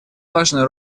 важную